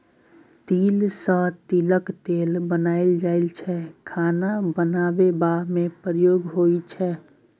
तिल सँ तिलक तेल बनाएल जाइ छै खाना बनेबा मे प्रयोग होइ छै